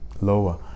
lower